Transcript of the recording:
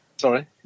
Sorry